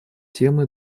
темы